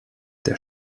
der